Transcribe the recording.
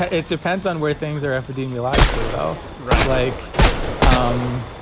ah it depends on where things are epidemiologically, though, right? like yeah um